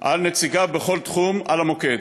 נציגיו בכל תחום על המוקד,